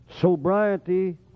Sobriety